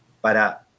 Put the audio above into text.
para